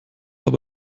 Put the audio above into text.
aber